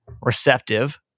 receptive